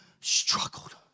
struggled